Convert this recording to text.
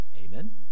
Amen